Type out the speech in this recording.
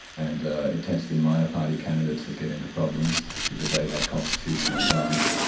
and it tends to be minor party candidates that get into problems because they lack constitutional advice,